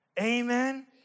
Amen